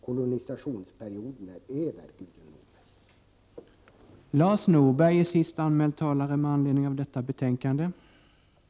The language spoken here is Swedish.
Kolonisationsperioden är över, Gudrun Norberg.